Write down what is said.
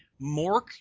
Mork